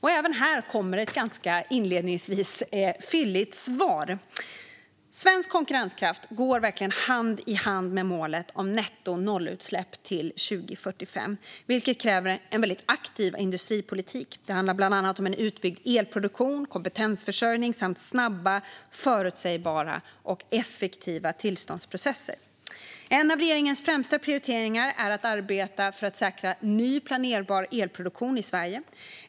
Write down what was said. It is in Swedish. Även här kommer ett inledningsvis ganska fylligt svar. Svensk konkurrenskraft går hand i hand med målet om nettonollutsläpp till 2045, vilket kräver en aktiv industripolitik. Det handlar bland annat om en utbyggd elproduktion, kompetensförsörjning samt snabba, förutsägbara och effektiva tillståndsprocesser. En av regeringens främsta prioriteringar är att arbeta för att säkra ny planerbar elproduktion i Sverige.